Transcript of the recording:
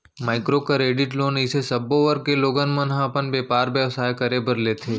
micro credit loan अइसे सब्बो वर्ग के लोगन मन ह अपन बेपार बेवसाय करे बर लेथे